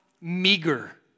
meager